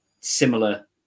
similar